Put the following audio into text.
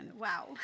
Wow